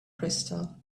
crystal